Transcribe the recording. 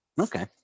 okay